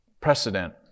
precedent